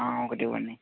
ఒకటివ్వండి